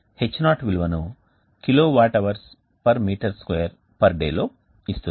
ఇది H0 విలువ ను kWHm2day లో ఇస్తుంది